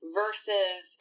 versus